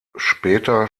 später